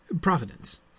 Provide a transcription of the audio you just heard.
Providence